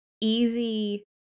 easy